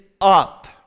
up